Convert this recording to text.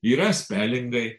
yra spelingai